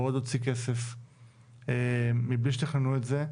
ועוד להוציא כסף מבלי שתכננו את זה,